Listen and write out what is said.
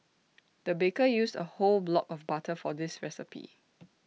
the baker used A whole block of butter for this recipe